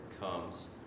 comes